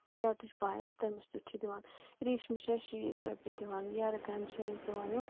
ریٹٕچ پاے اَسہِ تٔمِس تیُتھ چھُ دِوان ریشمہِ چھِ اَسہِ شیٖتھ رۄپییہِ دِوان یا رقامہِ چھِ اَسہِ دِوان یِم